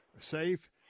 safe